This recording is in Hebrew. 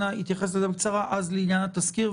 אנא התייחס בקצרה לעניין התזכיר,